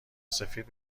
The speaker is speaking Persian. سفید